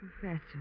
Professor